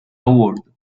award